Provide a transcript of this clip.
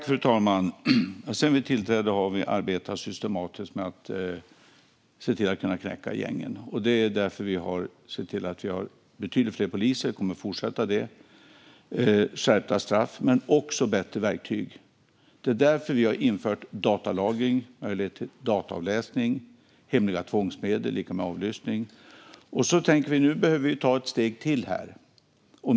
Fru talman! Sedan vi tillträdde har vi arbetat systematiskt med att knäcka gängen. Det är därför vi har sett till att vi har betydligt fler poliser. Vi kommer att fortsätta med det. Vi har skärpta straff men också bättre verktyg. Det är därför vi har infört datalagring, möjlighet till dataavläsning och hemliga tvångsmedel, vilket är lika med avlyssning. Nu tänker vi att vi behöver ta ett steg till här.